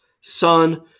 son